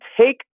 take